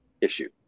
issue